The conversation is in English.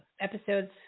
episodes